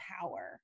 power